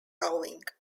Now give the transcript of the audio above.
rowing